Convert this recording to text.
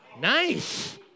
Nice